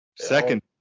Second